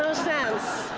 ah sense.